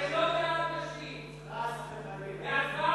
אתם לא בעד נשים, אתם נגד היהדות.